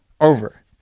over